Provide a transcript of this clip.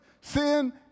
sin